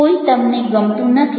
કોઈ તમને ગમતું નથી